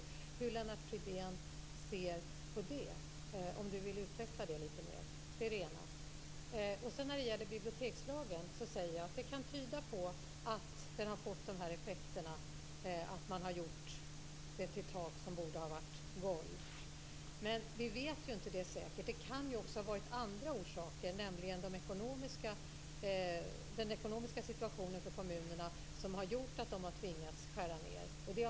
Hur ser Lennart Fridén på detta? Jag skulle vilja att han utvecklade det lite mer. När det gäller bibliotekslagen kan mycket tyda på att den fått just effekten att man gjort till tak det som borde ha varit golv. Men vi vet ju inte detta säkert - det kan också ha haft andra orsaker. Den ekonomiska situationen för kommunerna kan ha gjort att de har tvingats skära ned.